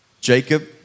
Jacob